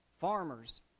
Farmers